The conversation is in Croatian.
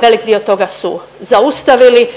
velik dio toga su zaustavili,